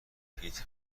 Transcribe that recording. پیت